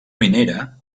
minera